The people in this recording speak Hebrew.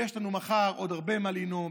יש לנו מחר עוד הרבה מה לנאום,